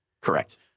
Correct